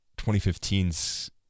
2015's